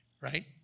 right